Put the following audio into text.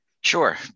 Sure